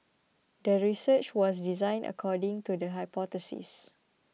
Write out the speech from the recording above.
the research was designed according to the hypothesis